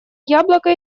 яблоко